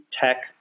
tech